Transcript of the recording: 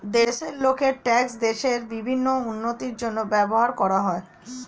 দেশের লোকের ট্যাক্স দেশের বিভিন্ন উন্নতির জন্য ব্যবহার করা হয়